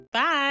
Bye